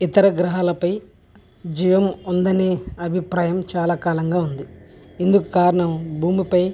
ఇతర గ్రహాలపై జీవం ఉందని అభిప్రాయం చాలా కాలంగా ఉంది ఇందుకు కారణం భూమిపై